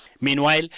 Meanwhile